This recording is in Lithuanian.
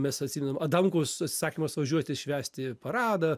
mes atsimenam adamkus atsisakymas važiuoti švęsti paradą